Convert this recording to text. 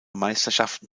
meisterschaften